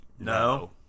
No